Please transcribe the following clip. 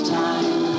time